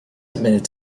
admitted